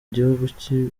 igihugu